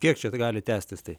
kiek čia t gali tęstis tai